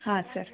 ಹಾಂ ಸರ್